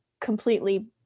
completely